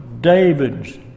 David's